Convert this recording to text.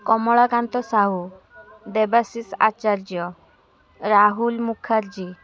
Kamalakanta Sahu Debashish Acharya Rahul Mukherjee